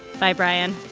bye, brian.